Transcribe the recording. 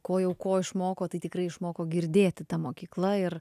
ko jau ko išmoko tai tikrai išmoko girdėti ta mokykla ir